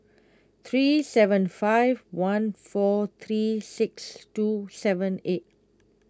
three seven five one four three six two seven eight